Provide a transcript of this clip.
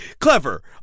clever